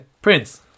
Prince